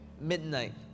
Midnight